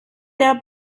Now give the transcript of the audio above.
der